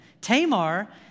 Tamar